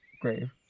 grave